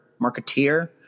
marketeer